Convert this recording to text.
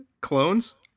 clones